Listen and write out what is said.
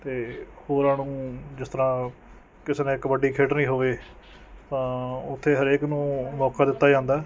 ਅਤੇ ਹੋਰਾਂ ਨੂੰ ਜਿਸ ਤਰ੍ਹਾਂ ਕਿਸੇ ਨੇ ਕਬੱਡੀ ਖੇਡਣੀ ਹੋਵੇ ਤਾਂ ਉੱਥੇ ਹਰੇਕ ਨੂੰ ਮੌਕਾ ਦਿੱਤਾ ਜਾਂਦਾ